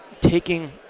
taking